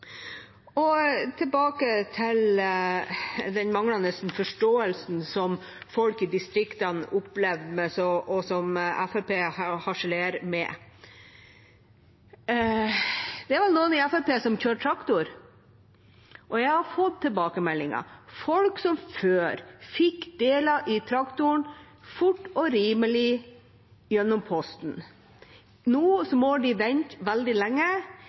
Tilbake til den manglende forståelsen som folk i distriktene opplever, og som Fremskrittspartiet harselerer med. Det er vel noen i Fremskrittspartiet som kjører traktor. Jeg har fått tilbakemeldinger om at folk som før fikk deler til traktoren fort og rimelig gjennom Posten, nå må vente veldig lenge,